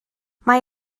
mae